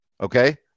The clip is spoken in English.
okay